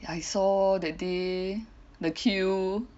I saw that day the queue